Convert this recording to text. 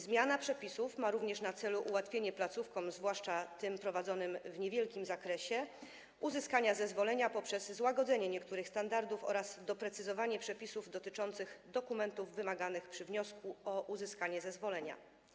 Zmiana przepisów ma również na celu ułatwienie placówkom, zwłaszcza tym prowadzonym w niewielkim zakresie, uzyskania zezwolenia poprzez złagodzenie niektórych standardów oraz doprecyzowanie przepisów dotyczących dokumentów wymaganych przy wniosku o uzyskanie zezwolenia.